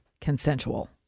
consensual